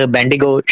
Bendigo